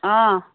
آ